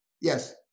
Yes